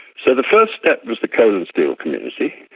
so the first step was the coal and steel community,